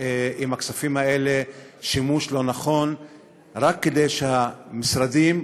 בכספים האלה שימוש לא נכון רק כדי שהמשרדים,